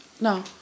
No